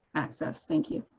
access. thank you.